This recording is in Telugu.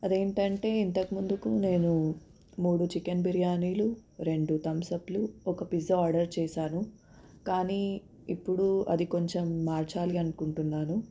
అదేంటంటే ఇంతకు ముందుకు నేను మూడు చికెన్ బిర్యానీలు రెండు థంప్స్అప్లు ఒక పిజ్జా ఆర్డర్ చేశాను కానీ ఇప్పుడు అది కొంచెం మార్చాలి అనుకుంటున్నాను